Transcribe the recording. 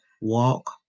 Walk